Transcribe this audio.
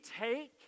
take